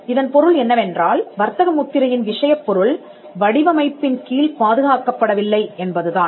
இதன் பொருள் என்னவென்றால் வர்த்தக முத்திரையின் விஷயப்பொருள் வடிவமைப்பின் கீழ் பாதுகாக்கப்படவில்லை என்பதுதான்